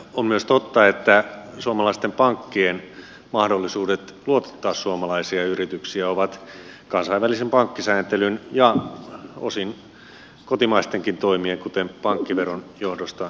on myös totta että suomalaisten pankkien mahdollisuudet luotottaa suomalaisia yrityksiä ovat kansainvälisen pankkisääntelyn ja osin kotimaistenkin toimien kuten pankkiveron johdosta heikentyneet